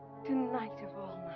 tonight of all